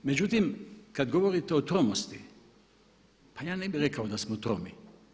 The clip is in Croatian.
Međutim, kad govorite o tromosti, pa ja ne bih rekao da smo tromi.